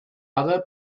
other